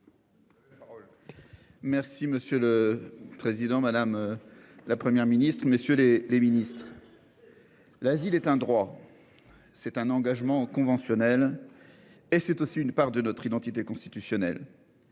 Merci monsieur le président, madame. La Première ministre, messieurs les les ministres. L'asile est un droit. C'est un engagement conventionnel. Et c'est aussi une part de notre identité constitutionnelle.